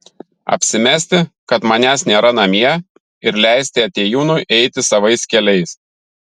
apsimesti kad manęs nėra namie ir leisti atėjūnui eiti savais keliais